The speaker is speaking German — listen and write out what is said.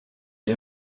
die